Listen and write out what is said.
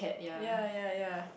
ya ya ya